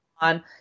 on